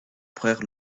perd